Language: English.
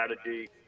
strategy